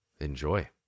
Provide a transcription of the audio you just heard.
enjoy